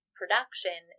production